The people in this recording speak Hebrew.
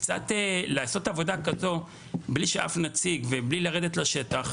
לעשות עבודה כזאת בלי אף נציג ובלי לרדת לשטח,